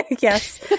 Yes